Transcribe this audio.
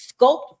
sculpt